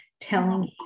telling